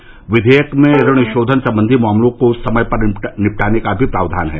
क्षियक में ऋण शोधन संबंधी मामलों को समय पर निपटाने का भी प्रावधान है